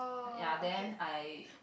ya then I